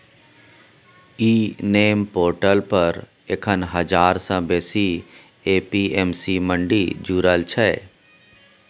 इ NAM portal पर एखन हजार सँ बेसी ए.पी.एम.सी मंडी जुरल छै